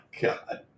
God